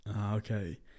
okay